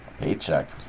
paycheck